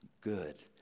good